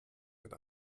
mit